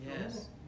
yes